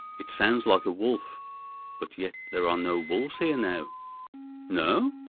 it sounds like a wolf but yet there are no wolves here now no?